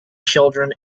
children